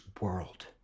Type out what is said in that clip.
world